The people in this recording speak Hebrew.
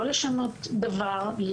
לא לשנות דבר.